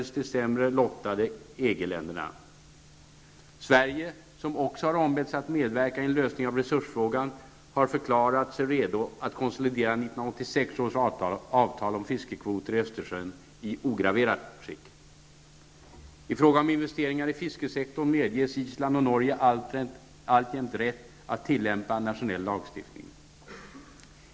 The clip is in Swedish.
Sverige som också har ombetts att medverka i en lösning av resursfrågan har förklarat sig redo att konsolidera 1986 års avtal om fiskekvoter i Island och Norge alltjämt rätt att tillämpa nationell lagstiftning.